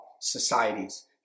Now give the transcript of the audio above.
societies